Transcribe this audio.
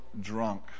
drunk